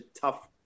tough